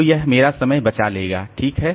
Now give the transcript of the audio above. तो यह मेरा समय बचा लेगा ठीक है